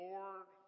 Lord